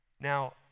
Now